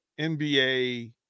NBA